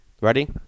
Ready